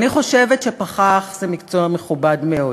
אני חושבת שפחח זה מקצוע מכובד מאוד,